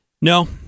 No